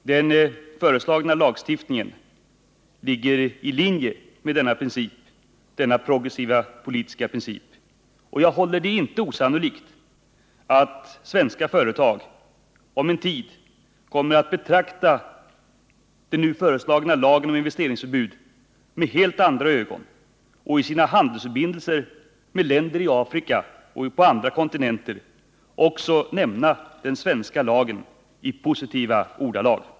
Den föreslagna lagstiftningen ligger i linje med denna progressiva politik. Jag håller det inte för osannolikt, att svenska företag om en tid kommer att betrakta den nu föreslagna lagen om investeringsförbud med helt andra ögon och i sina handelsförbindelser med länder i Afrika och på andra kontinenter nämna den svenska lagen i positiva ordalag.